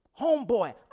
Homeboy